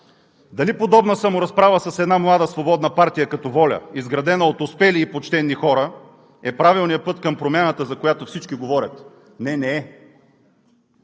Дали подобна саморазправа с една млада свободна партия като ВОЛЯ, изградена от успели и почтени хора, е правилният път към промяната, за която всички говорят? Не, не е!